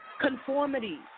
conformity